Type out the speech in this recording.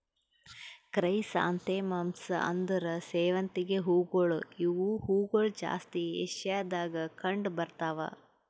chrysanthemums ಅಂದುರ್ ಸೇವಂತಿಗೆ ಹೂವುಗೊಳ್ ಇವು ಹೂಗೊಳ್ ಜಾಸ್ತಿ ಏಷ್ಯಾದಾಗ್ ಕಂಡ್ ಬರ್ತಾವ್